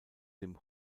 dem